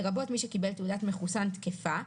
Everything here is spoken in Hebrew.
לרבות מי שקיבל תעודת מחוסן תקפה,